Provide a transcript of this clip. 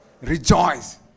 Rejoice